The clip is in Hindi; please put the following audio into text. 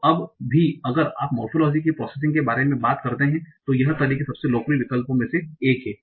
तो अब भी अगर आप मोरफोलोजी आकृति विज्ञान कि प्रोसेसिंग के बारे में बात करते हैं तो यह तरीके सबसे लोकप्रिय विकल्पों में से एक हैं